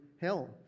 hell